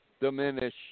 diminish